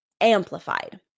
amplified